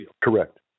Correct